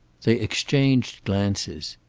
they exchanged glances.